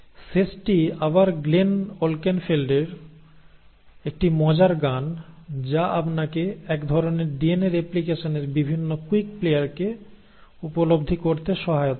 শেষটি আবার গ্লেন ওলকেনফেল্ডের একটি মজার গান যা আপনাকে এক ধরণের ডিএনএ রেপ্লিকেশনের বিভিন্ন কুইক প্লেয়ারকে উপলব্ধি করতে সহায়তা করবে